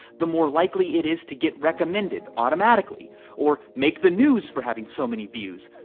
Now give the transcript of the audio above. the more likely it is to get recommended automatically or make the news for having so many views,